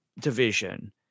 division